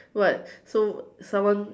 what so someone